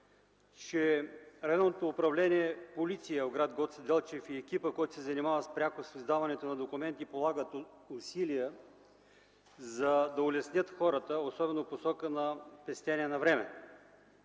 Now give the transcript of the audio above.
че Районното управление „Полиция” в гр. Гоце Делчев и екипът, който се занимава пряко с издаването на документи, полагат усилия, за да улеснят хората, особено в посока на пестене на време.